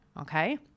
Okay